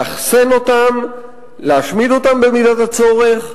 לאחסן אותן, להשמיד אותן במידת הצורך,